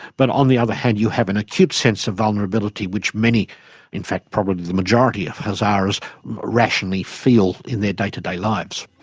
but on the other hand you have an acute sense of vulnerability which many in fact probably the majority of hazaras rationally feel in their day-to-day lives.